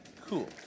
Cool